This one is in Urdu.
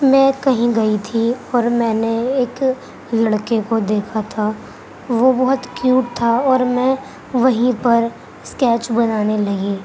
میں کہیں گئی تھی اور میں نے ایک لڑکے کو دیکھا تھا وہ بہت کیوٹ تھا اور میں وہیں پر اسکیچ بنانے لگی